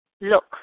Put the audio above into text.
look